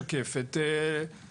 אנחנו עושים את זה בשיתוף פעולה עם המשרד